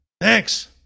Thanks